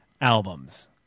albums